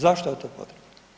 Zašto je to potrebno?